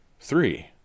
three